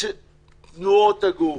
תנועות גוף,